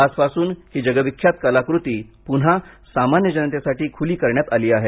आजपासून ही जगविख्यात कलाकृती पुन्हा सामान्य जनतेसाठी खुली करण्यात आहे